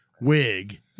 wig